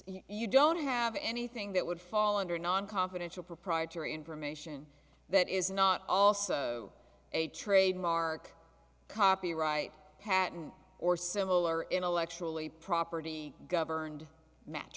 you don't have anything that would fall under non confidential proprietary information that is not also a trademark copyright patent or similar intellectually property governed mat